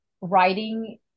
writing